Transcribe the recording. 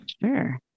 Sure